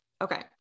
okay